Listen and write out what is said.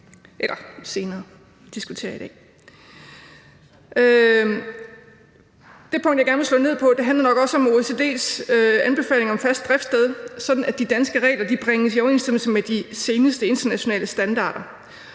Det punkt, jeg gerne vil slå ned på, handler nok også om OECD's anbefalinger om fast driftssted, sådan at de danske regler bringes i overensstemmelse med de seneste internationale standarder.